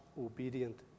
obedient